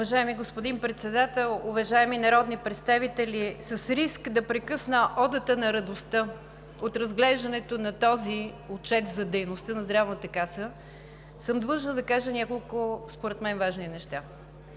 Уважаеми господин Председател, уважаеми народни представители! С риск да прекъсна „Одата на радостта“ от разглеждането на този отчет за дейността на Здравната каса съм длъжна да кажа няколко според мен важни неща.